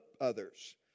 others